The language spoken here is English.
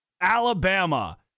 Alabama